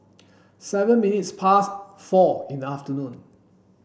seven minutes past four in the afternoon